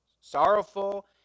sorrowful